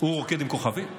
הוא עם כוכבים,